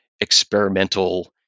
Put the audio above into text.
experimental